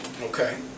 Okay